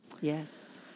Yes